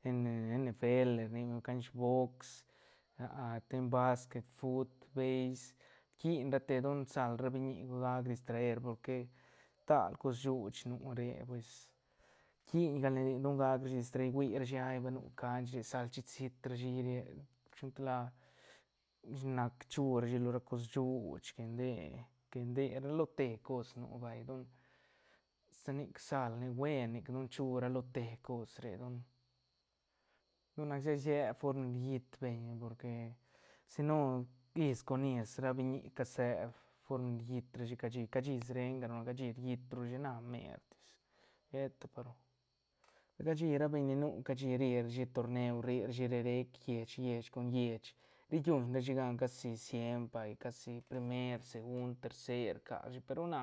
ene- ene fe ele rni beñ canch box sten basquet fut beis rquiiñ ra te don sal ra biñi gac distraer porque stal cos shuuch nu re pues quiiñ gal ne re don gac rashi distraer hui rashi hay ba nu canch chic sal chi SIT rashi shi lo gan tal la nac chu rashi lo ra cos shuuch que nde- que nde ra lo te cos nu vay don sa nic sal nic buen nic don chu ra lo te cos re don- don nac sa iseeb form ni riit beñ porque si no is con is ra biñi caseeb form ni riit ra shi cashi- cashi srengaru cashi riit ru rashi na mertis sheta pa ru cashi ra beñ ni nu cashi rri ra shi torneu rri ra shi re rec lleich- lleich con lleich ri lluñ rashi gan casi siempr vay casi primer segund tercer rca rashi pe ru na